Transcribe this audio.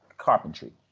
carpentry